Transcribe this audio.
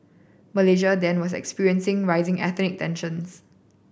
Malaysia then was experiencing rising ethnic tensions